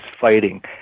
fighting